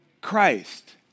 Christ